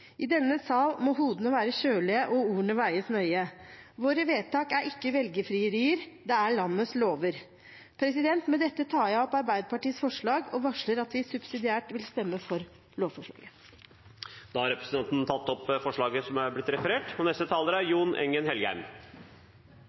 I denne sal må hodene være kjølige og ordene veies nøye. Våre vedtak er ikke velgerfrierier, det er landets lover. Med dette tar jeg opp det forslaget Arbeiderpartiet står bak, og varsler at vi subsidiært vil stemme for lovforslaget. Representanten Siri Gåsemyr Staalesen har tatt opp det forslaget hun refererte til. Bakgrunnen for denne saken er